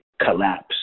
collapse